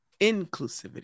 inclusivity